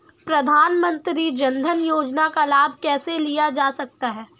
प्रधानमंत्री जनधन योजना का लाभ कैसे लिया जा सकता है?